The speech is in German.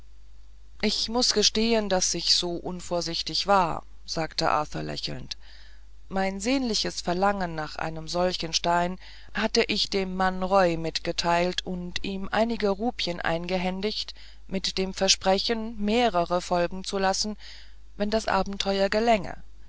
ich muß gestehen daß ich so unvorsichtig war sagte arthur lächelnd mein sehnliches verlangen nach einem solchen stein hatte ich dem man roy mitgeteilt und ihm einige rupien eingehändigt mit dem versprechen mehrere folgen zu lassen wenn das abenteuer gelänge